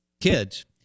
kids